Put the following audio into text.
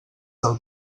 del